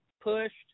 pushed